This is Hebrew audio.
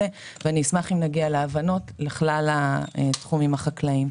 ואשמח אם נגיע להבנות לגבי כלל התחומים החקלאיים.